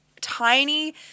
tiny